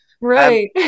Right